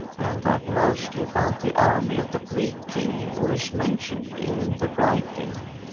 and that mostly about the army of the greek king who is mentioned in the writing.